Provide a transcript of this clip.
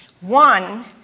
One